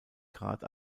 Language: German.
grad